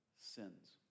sins